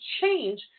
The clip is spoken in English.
change